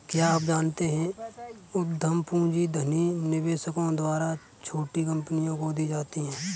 क्या आप जानते है उद्यम पूंजी धनी निवेशकों द्वारा छोटी कंपनियों को दी जाती है?